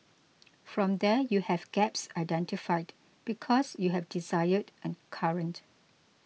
from there you have gaps identified because you have desired and current